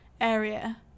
area